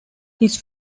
his